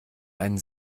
einen